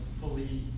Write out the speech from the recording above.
fully